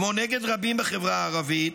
כמו נגד רבים בחברה הערבית,